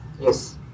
Yes